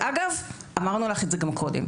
אגב, אמרנו לך את זה גם קודם,